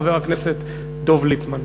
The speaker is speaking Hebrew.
חבר הכנסת דב ליפמן.